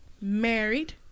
married